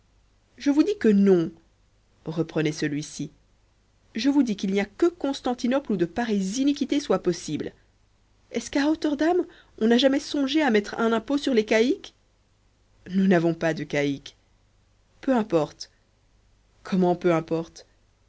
je vous dis que non reprenait celui-ci je vous dis qu'il n'y a que constantinople où de pareilles iniquités soient possibles est-ce qu'à rotterdam on a jamais songé à mettre un impôt sur les caïques nous n'avons pas de caïques peu importe comment peu importe